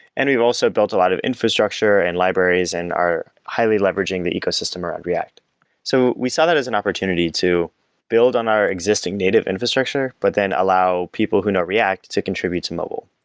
and we've also built a lot of infrastructure and libraries and are highly leveraging the ecosystem around react so we saw that as an opportunity to build on our existing native infrastructure, but then allow people who know react to contribute to mobile.